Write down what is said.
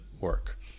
work